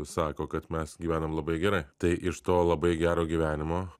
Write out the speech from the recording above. sako kad mes gyvenam labai gerai tai iš to labai gero gyvenimo